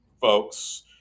folks